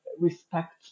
respect